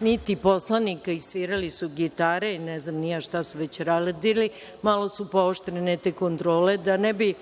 niti poslanika, i svirali su gitare i ne znam ni ja šta su već radili, malo su pooštrene neke kontrole, da ne bi